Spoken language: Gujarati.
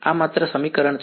વિદ્યાર્થી